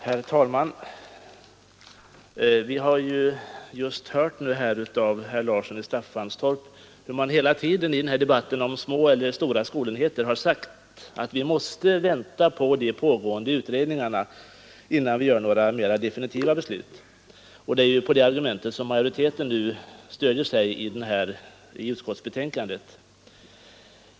Herr talman! Vi har just hört av herr Larsson i Staffanstorp att man i debatten om små eller stora skolenheter hela tiden har sagt att vi måste vänta på resultatet av de pågående utredningarna innan vi fattar några mer definitiva beslut. Det är på det argumentet som majoriteten stöder sig i utskottsbetänkandet.